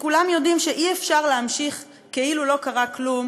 שכולם יודעים שאי-אפשר להמשיך כאילו לא קרה כלום